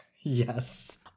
Yes